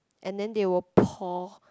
and then they will pour